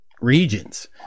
Regions